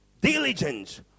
diligence